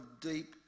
deep